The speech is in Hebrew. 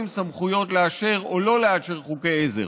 סמכויות לאשר או לא לאשר חוקי עזר,